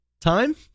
Time